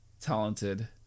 talented